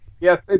Yes